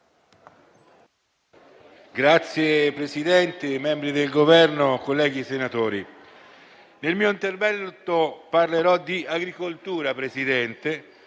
Signor Presidente, membri del Governo, colleghi senatori, nel mio intervento parlerò di agricoltura e